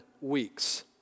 weeks